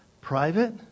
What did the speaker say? private